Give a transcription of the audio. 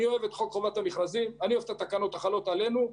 אני אוהב את חוק חובת המכרזים ואת התקנות החלות עלינו.